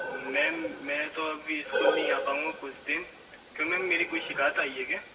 ma'am मैं तो अभी स्कूल नहीं आ पाऊँगा कुछ दिन क्यों मैम मेरी कोई शिकाएत आई है क्या